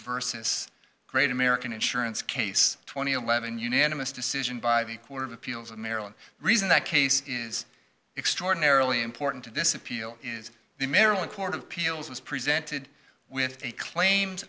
versus great american insurance case twenty eleven unanimous decision by the court of appeals in maryland reason that case is extraordinarily important to this appeal is the maryland court of appeals was presented with a claims